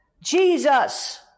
Jesus